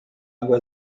água